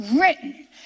written